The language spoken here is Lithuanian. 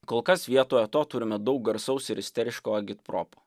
kol kas vietoj to turime daug garsaus ir isteriško agitpropo